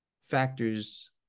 factors